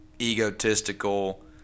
egotistical